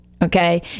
Okay